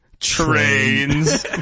Trains